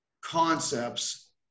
concepts